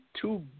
two